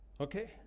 Okay